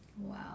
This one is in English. Wow